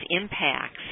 impacts